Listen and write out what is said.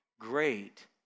Great